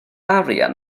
arian